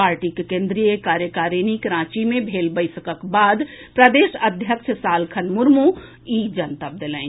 पार्टीक केन्द्रीय कार्यकारिणीक रांची मे भेल बैसकक बाद प्रदेश अध्यक्ष सालखन मुर्मू इ जनतब देलनि